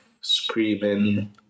screaming